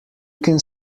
can